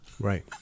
right